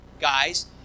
guys